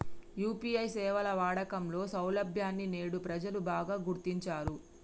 UPI సేవల వాడకంలో సౌలభ్యాన్ని నేడు ప్రజలు బాగా గుర్తించారు